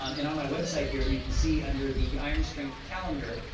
um and on my website here, you can see under the iron strength calendar,